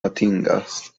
atingas